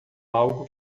algo